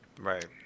right